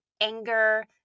anger